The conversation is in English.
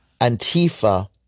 Antifa